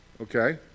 okay